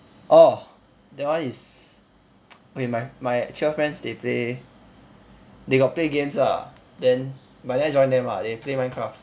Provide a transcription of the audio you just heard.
orh that one is my my cheer friends they play they got play games ah then but I never join them lah they play minecraft